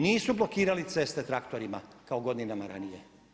Nisu blokirali ceste traktorima kao godinama ranije.